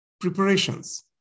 preparations